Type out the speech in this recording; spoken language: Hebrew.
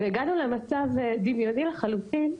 והגענו למצב דמיוני לחלוטין,